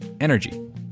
energy